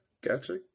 Gotcha